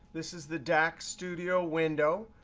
this is the dax studio window.